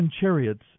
chariots